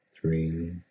three